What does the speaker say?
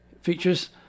features